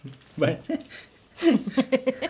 but